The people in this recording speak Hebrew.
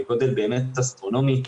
גודל באמת אסטרונומי,